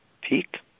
peak